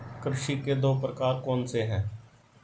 कृषि के दो प्रकार कौन से हैं?